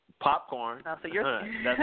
Popcorn